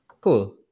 Cool